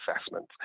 assessment